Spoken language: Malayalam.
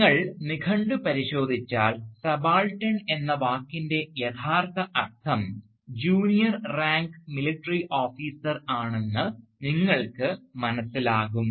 നിങ്ങൾ നിഘണ്ടു പരിശോധിച്ചാൽ സബാൾട്ടൻ എന്ന വാക്കിൻറെ യഥാർത്ഥ അർത്ഥം ജൂനിയർ റാങ്ക് മിലിട്ടറി ഓഫീസർ ആണെന്ന് നിങ്ങൾക്ക് മനസ്സിലാകും